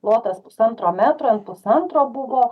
plotas pusantro metro ant pusantro buvo